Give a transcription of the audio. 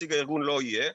שנציג הארגון לא יהיה.